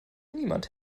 niemand